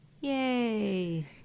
Yay